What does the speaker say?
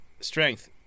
strength